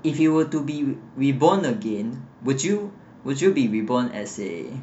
if you were to be reborn again would you would you be reborn as a